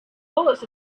bullets